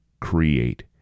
create